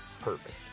perfect